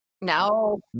no